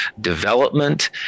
development